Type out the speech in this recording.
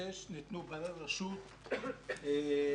בר-רשות לחטיבה?